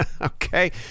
Okay